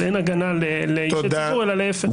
אז אין הגנה לאישי ציבור אלא להפך.